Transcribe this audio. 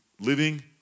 living